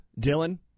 Dylan